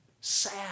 sad